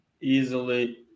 easily